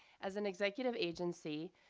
as an executive agency,